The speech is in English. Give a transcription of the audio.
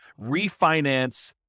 refinance